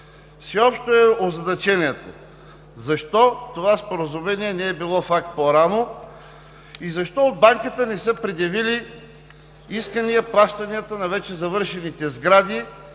Всеобщо е озадачението, защо това Споразумение не е било факт по-рано и защо от Банката не са предявили искания плащанията на вече завършените сгради